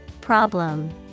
Problem